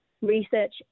Research